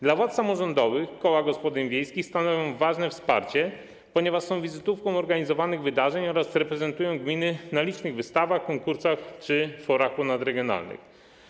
Dla władz samorządowych koła gospodyń wiejskich stanowią ważne wsparcie, ponieważ są wizytówką organizowanych wydarzeń oraz reprezentują gminy na licznych wystawach, konkursach czy forach ponadregionalnych.